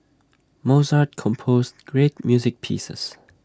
Mozart composed great music pieces